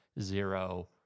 zero